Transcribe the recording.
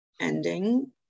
ending